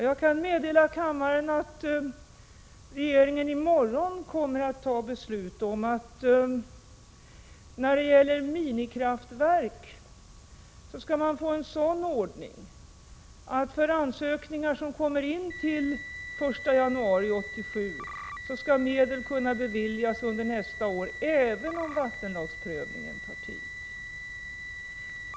Jag kan meddela kammaren att regeringen i morgon kommer att fatta beslut om att man för minikraftverk skall få en sådan ordning att när det gäller ansökningar som kommer in till den 1 januari 1987 skall medel kunna beviljas under nästa år även om vattenlagsprövningen tar tid.